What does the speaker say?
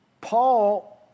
Paul